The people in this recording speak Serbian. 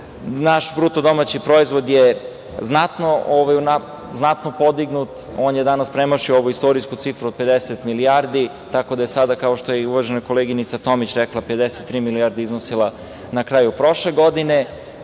sa sobom. Naš BDP je znatno podignut. On je danas premašio ovu istorijsku cifru od 50 milijardi, tako da je sada, kao što je uvažena koleginica Tomić rekla, 53 milijarde iznosio na kraju prošle godine.